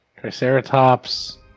Triceratops